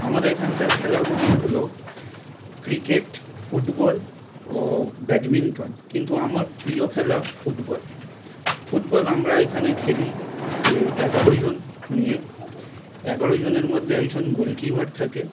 আমাদের এখানকার খেলাগুলি হলো ক্রিকেট ফুটবল ও ব্যাডমিন্টন কিন্তু আমার প্রিয় খেলা ফুটবল ফুটবল আমরা এখানে খেলি এগারো জন নিয়ে এগারো জনের মধ্যে একজন গোলকিপার থাকে